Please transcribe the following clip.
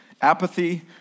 Apathy